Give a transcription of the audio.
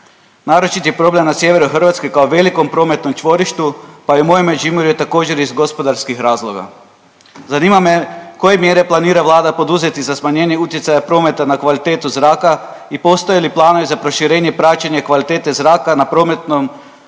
Naročit je problem na sjeveru Hrvatske kao velikom prometnom čvorištu pa je i moje Međimurje također iz gospodarskih razloga. Zanima me koje mjere planira Vlada poduzeti za smanjenje utjecaja prometa na kvalitetu zraka i postoje li planovi za proširenje praćenja kvalitete zraka na prometom gustim